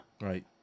Right